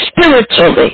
spiritually